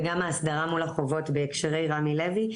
וגם ההסדרה מול החובות בהקשרי רמי לוי,